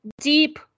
deep